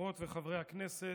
חברות וחברי הכנסת,